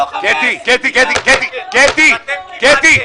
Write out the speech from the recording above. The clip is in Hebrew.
קטי, קטי, קטי,